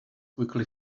quickly